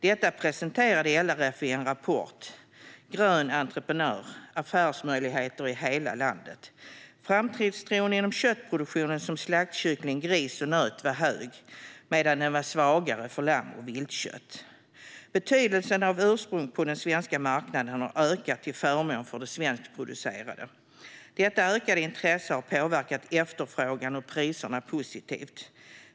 Detta presenterar LRF i rapporten Grön entreprenör - affärsmöjligheter i hela landet. Framtidstron för köttproduktion som slaktkyckling, gris och nöt var stark medan den var svagare för lamm och viltkött. Betydelsen av ursprung på den svenska marknaden har ökat till förmån för det svenskproducerade. Detta ökade intresse har påverkat efterfrågan och priserna positivt.